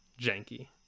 janky